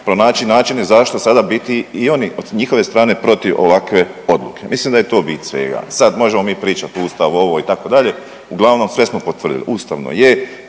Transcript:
pronaći načine zašto sada biti i oni, njihove strane protiv ovakve odluke. Mislim da je to bit svega. Sad, možemo mi pričati, .../Govornik se ne razumije./... ovo, itd., uglavnom sve smo potvrdili, ustavno je,